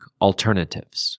alternatives